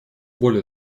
более